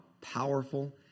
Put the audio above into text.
powerful